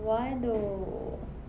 why though